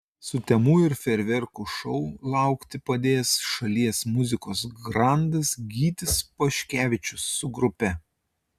sutemų ir fejerverkų šou laukti padės šalies muzikos grandas gytis paškevičius su grupe